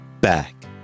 back